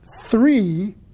three